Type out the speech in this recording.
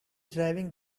driving